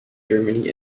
germany